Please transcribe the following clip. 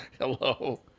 Hello